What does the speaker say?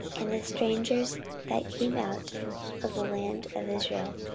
and the strangers that came out of the land of israel,